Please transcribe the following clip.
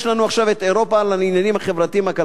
יש לנו עכשיו אירופה על העניינים החברתיים-הכלכליים,